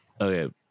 Okay